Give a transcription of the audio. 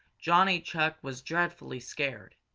johnny chuck was dreadfully scared.